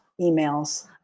emails